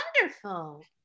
Wonderful